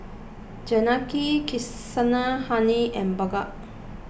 Janaki Kasinadhuni and Bhagat